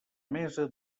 mesa